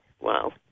Wow